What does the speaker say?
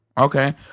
Okay